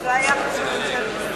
זה היה על ממשלת ישראל,